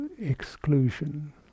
exclusion